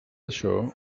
això